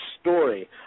story